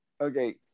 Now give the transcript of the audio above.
Okay